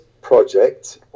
project